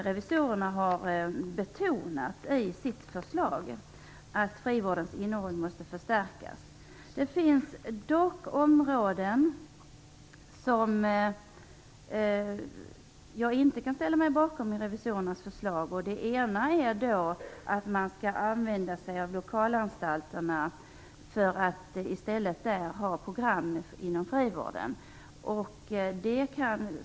Revisorerna har också betonat i sitt förslag att frivårdens innehåll måste förstärkas. Det finns dock delar av revisorernas förslag som jag inte kan ställa mig bakom. Det gäller t.ex. att man skall använda sig av lokalanstalterna i stället för program inom frivården.